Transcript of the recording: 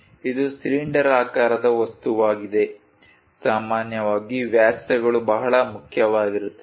ಇದು ಸಿಲಿಂಡರಾಕಾರದ ವಸ್ತುವಾಗಿದೆ ಸಾಮಾನ್ಯವಾಗಿ ವ್ಯಾಸಗಳು ಬಹಳ ಮುಖ್ಯವಾಗಿರುತ್ತದೆ